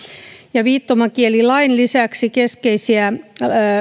ja viittomakielilain lisäksi keskeisiä